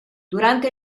durante